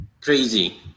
crazy